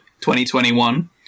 2021